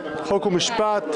חוק ומשפט,